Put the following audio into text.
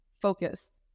focus